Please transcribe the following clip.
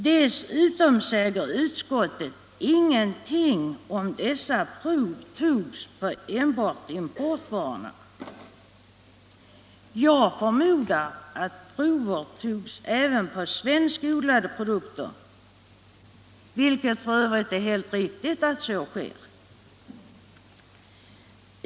Dessutom säger utskottet ingenting om huruvida dessa prov togs på enbart importvarorna. Prover tas även på svenskodlade produkter, vilket f. ö. är helt befogat.